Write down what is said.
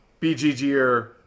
BGGer